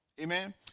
Amen